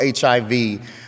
HIV